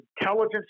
intelligence